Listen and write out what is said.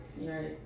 Right